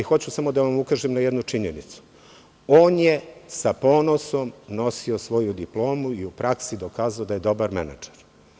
Hoću samo da vam ukažem na jednu činjenicu – on je sa ponosom nosio svoju diplomu i u praksi dokazao da je dobar menadžer.